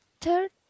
third